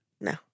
No